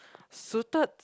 suited